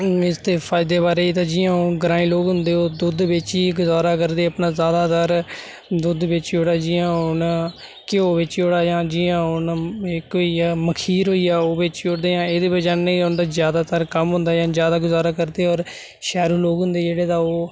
इसदे फायदे बारे च ते जियां हून ग्राईं लोग होंदे ओह् दूद्ध बेची गजारा करदे अपना सारा सारा दुद्ध बेची ओड़ेआ जियां हून घ्यो बेची ओड़ेआ जां जियां हून इक होई गेआ मखीर होई गेआ ओह् बेची ओड़दे जां एह्दे बजह् कन्नै होंदा ज्यादातर कम्म होंदा जां ज्यादा गुजारा करदे होर शैह्रू लोग होंदे जेह्ड़े तां ओह्